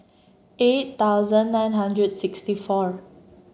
eight thousand nine hundred sixty four